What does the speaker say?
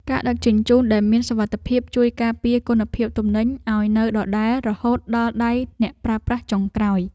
ការដឹកជញ្ជូនដែលមានសុវត្ថិភាពជួយការពារគុណភាពទំនិញឱ្យនៅដដែលរហូតដល់ដៃអ្នកប្រើប្រាស់ចុងក្រោយ។